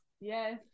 Yes